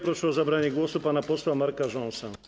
Proszę o zabranie głosu pana posła Marka Rząsę.